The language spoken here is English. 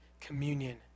communion